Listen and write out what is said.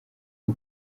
bwo